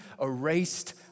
erased